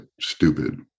stupid